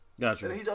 Gotcha